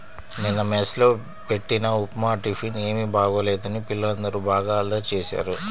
నిన్న మెస్ లో బెట్టిన ఉప్మా టిఫిన్ ఏమీ బాగోలేదని పిల్లలందరూ బాగా అల్లరి చేశారు